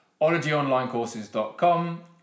ologyonlinecourses.com